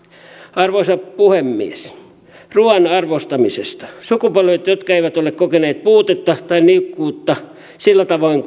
arvoisa puhemies ruuan arvostamisesta sukupolvet jotka eivät ole kokeneet puutetta tai niukkuutta sillä tavoin